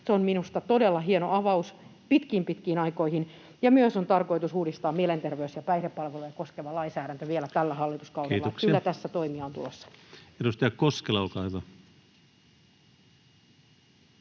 Se on minusta todella hieno avaus pitkiin, pitkiin aikoihin. Myös on tarkoitus uudistaa mielenterveys- ja päihdepalveluja koskeva lainsäädäntö vielä tällä hallituskaudella. Kyllä tässä toimia on tulossa. [Speech 34] Speaker: